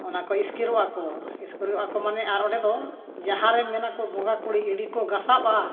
ᱚᱱᱟ ᱠᱚ ᱤᱥᱠᱤᱨᱚᱜᱼᱟᱠᱚ ᱤᱥᱠᱤᱨᱚᱜᱼᱟᱠᱚ ᱢᱟᱱᱮ ᱟᱨ ᱚᱸᱰᱮ ᱫᱚ ᱡᱟᱦᱟᱸᱨᱮ ᱢᱮᱱᱟᱠᱚ ᱵᱚᱸᱜᱟ ᱠᱩᱲᱤ ᱤᱲᱤ ᱠᱚ ᱜᱟᱥᱟᱜᱼᱟ